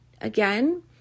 again